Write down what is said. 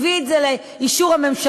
הביא את זה לאישור הממשלה,